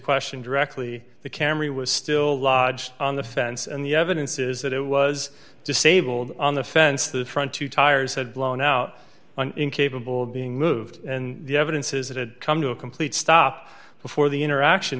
question directly the camry was still lodged on the fence and the evidence is that it was disabled on the fence the front two tires had blown out on incapable of being moved and the evidences that had come to a complete stop before the interaction